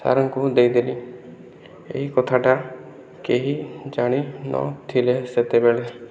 ସାର୍ଙ୍କୁ ଦେଇ ଦେଲି ଏଇ କଥାଟା କେହି ଜାଣି ନ ଥିଲେ ସେତେବେଳେ